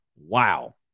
Wow